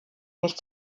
nicht